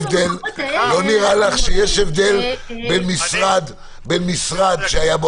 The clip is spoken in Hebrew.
לא נראה לך שיש הבדל בין משרד שהייתה בו